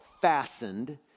fastened